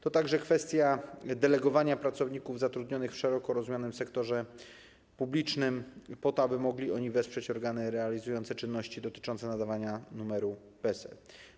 To także kwestia delegowania pracowników zatrudnionych w szeroko rozumianym sektorze publicznym, po to aby mogli oni wesprzeć organy realizujące czynności dotyczące nadawania numeru PESEL.